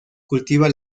cultiva